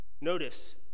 Notice